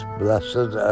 blessed